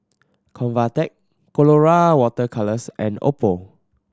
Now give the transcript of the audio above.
Convatec Colora Water Colours and Oppo